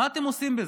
מה אתם עושים בזה?